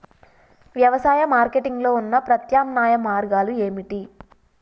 వ్యవసాయ మార్కెటింగ్ లో ఉన్న ప్రత్యామ్నాయ మార్గాలు ఏమిటి?